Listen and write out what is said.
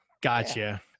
Gotcha